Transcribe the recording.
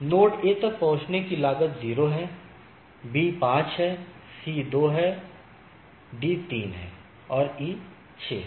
node A तक पहुंचने की लागत 0 है बी 5 है सी 2 है डी 3 है और ई 6 है